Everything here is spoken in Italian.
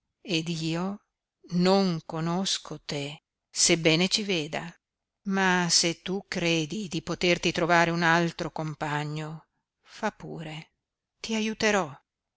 ed io non conosco te sebbene ci veda ma se tu credi di poterti trovare un altro compagno fa pure ti aiuterò